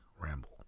ramble